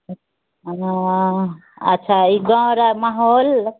अच्छा ई गाँव रऽ माहौल